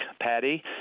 Patty